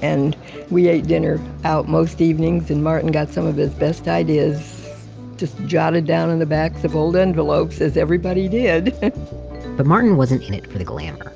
and we ate dinner out most evenings. and martin got some of his best ideas just jotted down on the backs of old envelopes as everybody did but martin wasn't in it for the glamour.